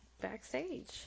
backstage